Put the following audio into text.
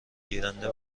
گیرنده